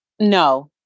No